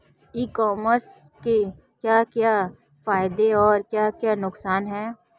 ई commerce के क्या क्या फायदे और क्या क्या नुकसान है?